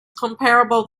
comparable